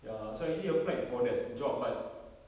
ya so I actually applied for the job but